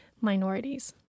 minorities